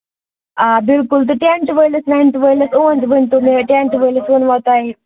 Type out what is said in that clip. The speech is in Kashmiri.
آ بِلکُل تہٕ ٹینٛٹ وٲلِس رینٛٹ وٲلِس اُہُنٛد ؤنۍتَو مےٚ ٹینٛٹ وٲلِس ووٚنوا تۄہہِ